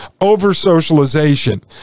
over-socialization